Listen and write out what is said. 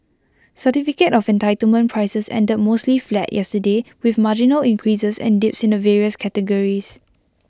certificate of entitlement prices ended mostly flat yesterday with marginal increases and dips in the various categories